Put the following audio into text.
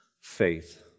faith